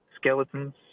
skeletons